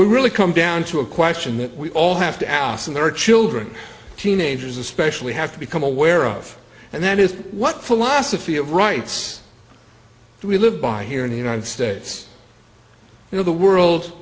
we really come down to a question that we all have to ask and there are children teenagers especially have to become aware of and that is what philosophy of rights we live by here in the united states you know the world